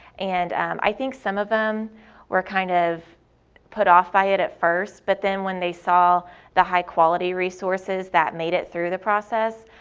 and i think some of them were kind of put off by it at first, but then when the saw the high quality resources that made it through the process,